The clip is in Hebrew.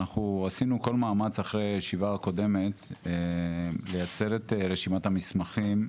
אנחנו עשינו כל מאמץ אחרי הישיבה הקודמת לייצר את רשימת המסמכים,